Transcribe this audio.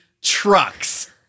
Trucks